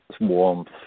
warmth